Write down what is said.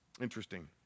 Interesting